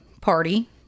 party